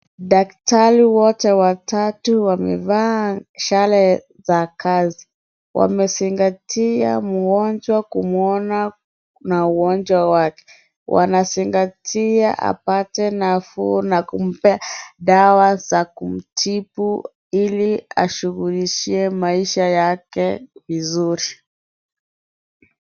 Daktari wote watatu wamevaa sare za kazi. Wanazingatia mgonjwa kumuona na ugonjwa wake. Wanazingatia apate nafuu na kumpea dawa za kumtibu ili ashughulishie maisha yake vizuri.